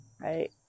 right